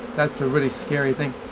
that's a really scary thing.